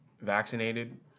vaccinated